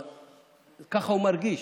ככה הוא מרגיש.